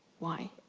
why?